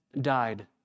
died